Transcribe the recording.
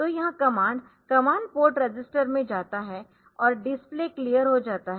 तो यह command command port register में जाता है और डिस्प्ले क्लियर हो जाता है